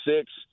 six